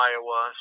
Iowa